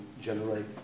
generate